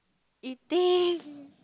eating